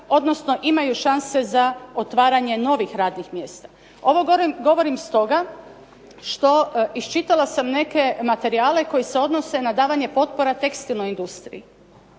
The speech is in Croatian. odnosno imaju šanse za otvaranje novih radnih mjesta. Ovo govorim stoga što isčitala sam neke materijale koji se odnose na davanje potpora tekstilnoj industriji